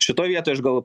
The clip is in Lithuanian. šitoj vietoj aš gal